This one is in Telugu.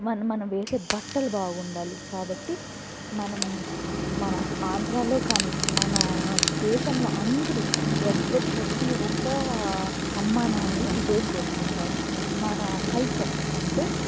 మనం మనమేసే బట్టలు బాగుండాలి కాబట్టి మనం మన ఆంధ్రాలో కాని మన దేశంలో అందరు ఎవ్వరు ప్రతీ ఒక అమ్మానాన్నలు ఇదే కోరుకుంటారు మన కల్చర్ అంటే